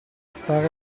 stare